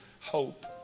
hope